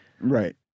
Right